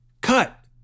Cut